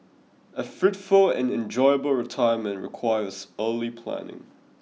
a fruitful and enjoyable retirement requires early planning